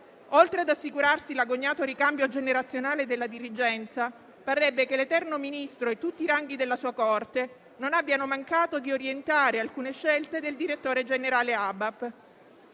Oltre ad assicurarsi l'agognato ricambio generazionale della dirigenza, parrebbe che l'eterno Ministro e tutti i ranghi della sua corte non abbiano mancato di orientare alcune scelte del direttore generale